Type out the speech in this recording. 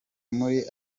muri